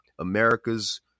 America's